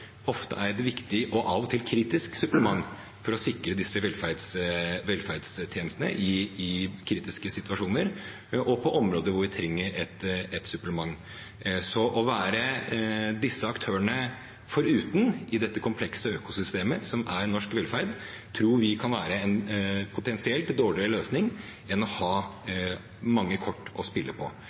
ofte er et viktig og av og til kritisk supplement for å sikre disse velferdstjenestene – i kritiske situasjoner og på områder hvor vi trenger et supplement. Så å være disse aktørene foruten i det komplekse økosystemet som norsk velferd er, tror vi kan være en potensielt dårligere løsning enn å ha mange kort å spille på.